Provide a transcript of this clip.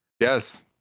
yes